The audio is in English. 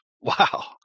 Wow